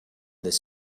this